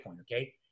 okay